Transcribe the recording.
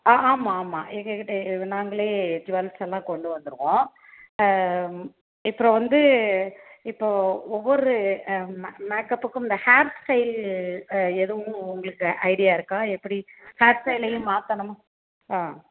ஆ ஆமாம் ஆமாம் எங்கள் கிட்டே இது நாங்களே ஜுவல்ஸெல்லாம் கொண்டு வந்துடுவோம் இப்போ வந்து இப்போ ஒவ்வொரு மே மேக்கப்புக்கும் இந்த ஹேர் ஸ்டைல் எதுவும் உங்களுக்கு ஐடியா இருக்கா எப்படி ஹேர் ஸ்டைலேயும் மாற்றணும் ஆ